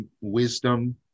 wisdom